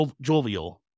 jovial